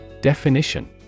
Definition